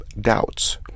doubts